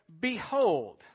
behold